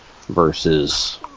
versus